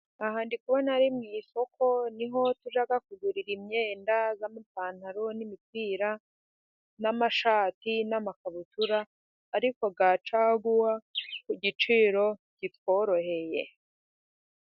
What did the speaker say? Aha ndi kubona ari mu isoko, niho tujya kugurira imyenda z'amapantaro n'imipira n'amashati n'amakabutura, ariko ya caguwa ku giciro kitworoheye.